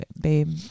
babe